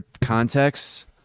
context